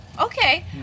okay